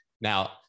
Now